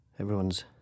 everyone's